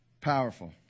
Powerful